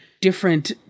different